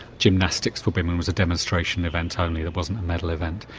gymnastics for women was a demonstration event only it wasn't a medal event.